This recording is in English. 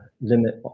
limit